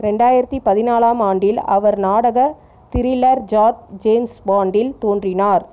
ரெண்டாயிரத்து பதினாலாம் ஆண்டில் அவர் நாடக திரில்லர் ஜாட் ஜேம்ஸ் பாண்டில் தோன்றினார்